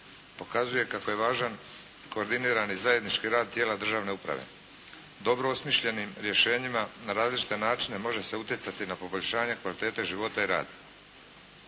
pokazuje kako je važan koordinirani zajednički rad tijela državne uprave. Dobro osmišljenim rješenjima na različite načine može se utjecati na poboljšanje kvalitete života i rada.